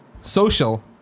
social